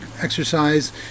exercise